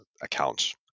accounts